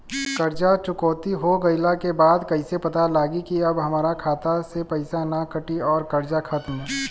कर्जा चुकौती हो गइला के बाद कइसे पता लागी की अब हमरा खाता से पईसा ना कटी और कर्जा खत्म?